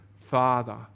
Father